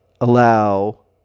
allow